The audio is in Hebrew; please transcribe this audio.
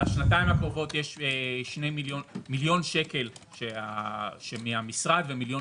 לשנתיים הקרובות יש מיליון שקל מהמשרד ומיליון